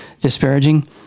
disparaging